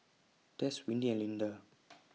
Tess Windy and Linda